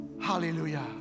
hallelujah